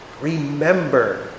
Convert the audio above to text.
remember